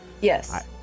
Yes